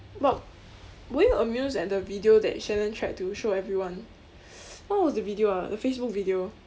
but were you amused at the video that shannon tried to show everyone what was the video ah the facebook video